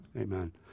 Amen